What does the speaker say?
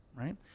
right